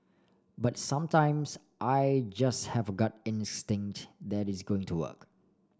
but sometimes I just have gut instinct that it's going to work